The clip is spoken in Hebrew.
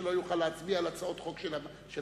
שלא יוכל להצביע על הצעות חוק של הממשלה.